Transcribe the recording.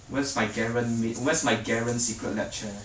where's my garen ma~ where's my garen Secretlab chair